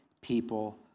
people